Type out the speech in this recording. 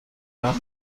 وقت